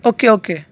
okay okay